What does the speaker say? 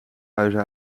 huizen